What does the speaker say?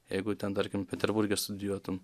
jeigu ten tarkim peterburge studijuotum